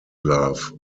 love